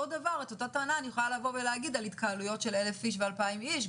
את אותה טענה אני יכולה להגיד על התקהלויות של 1,000 או 2,000 איש.